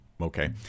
okay